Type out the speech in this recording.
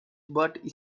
but